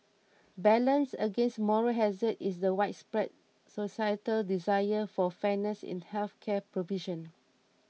balanced against moral hazard is the widespread societal desire for fairness in health care provision